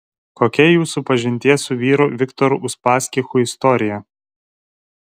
kokia jūsų pažinties su vyru viktoru uspaskichu istorija